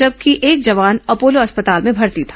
जबकि एक जवान अपोलो अस्पताल में भर्ती था